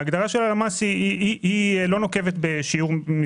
ההגדרה של הלמ"ס לא נוקבת במספרים,